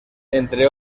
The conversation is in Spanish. entre